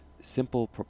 simple